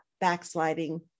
backsliding